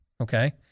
Okay